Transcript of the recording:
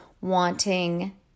wanting